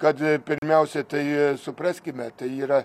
kad pirmiausia tai supraskime tai yra